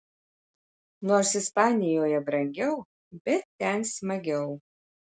nors ispanijoje brangiau bet ten smagiau